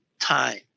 time